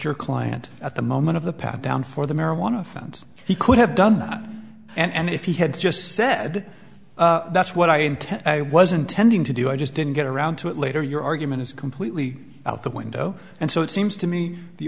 your client at the moment of the pat down for the marijuana found he could have done and if he had just said that's what i intend i wasn't tending to do i just didn't get around to it later your argument is completely out the window and so it seems to me the